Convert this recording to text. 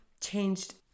changed